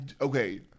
Okay